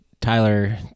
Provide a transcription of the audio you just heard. Tyler